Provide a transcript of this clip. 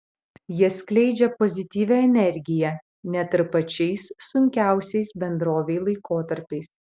jie skleidžia pozityvią energiją net ir pačiais sunkiausiais bendrovei laikotarpiais